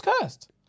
cursed